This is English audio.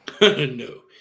No